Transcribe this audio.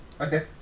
Okay